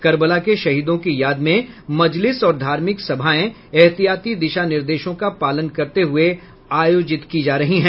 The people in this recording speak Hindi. कर्बला के शहीदों की याद में मजलिस और धार्मिक सभाएं एहतियाती दिशा निर्देशों का पालन करते हुए आयोजित हो रही हैं